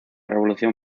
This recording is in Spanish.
revolución